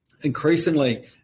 increasingly